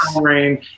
Rain